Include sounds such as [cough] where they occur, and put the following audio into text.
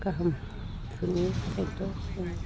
गाहाम [unintelligible]